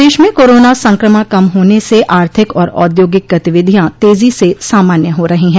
प्रदेश में कोरोना संक्रमण कम होने स आर्थिक और औद्योगिक गतिविधियां तेजी से सामान्य हो रही है